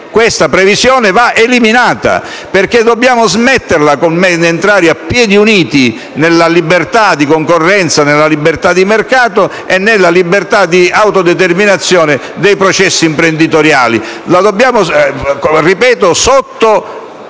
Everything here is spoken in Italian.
questa previsione va eliminata, perché dobbiamo smetterla di entrare a piedi uniti nella libertà di concorrenza, di mercato e di autodeterminazione dei processi imprenditoriali,